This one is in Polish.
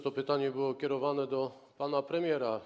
To pytanie było kierowane do pana premiera.